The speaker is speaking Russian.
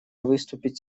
выступить